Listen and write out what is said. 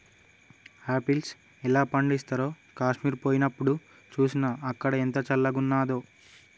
apples ఎలా పండిస్తారో కాశ్మీర్ పోయినప్డు చూస్నా, అక్కడ ఎంత చల్లంగున్నాదో